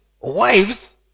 wives